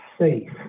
safe